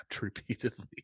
repeatedly